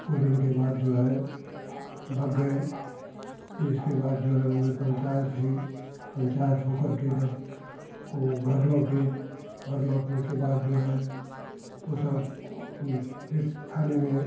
कुछ दिन के बाद जो है भाग गए फिर इसके बाद जो है उनमें पंचायत हुई पंचायत हो करके जब वो घर लौटे घर लौटने के बाद जो है वो सब फिर थाने में